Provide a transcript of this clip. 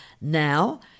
now